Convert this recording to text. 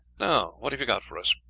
now what have you got for us?